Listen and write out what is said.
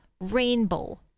rainbow